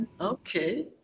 okay